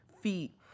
feet